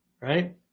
right